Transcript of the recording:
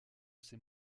ces